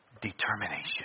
Determination